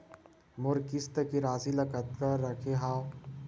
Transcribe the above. मोर किस्त के राशि ल कतका रखे हाव?